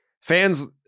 Fans